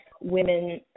women